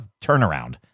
turnaround